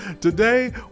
Today